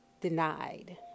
Denied